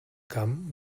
camp